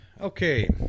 Okay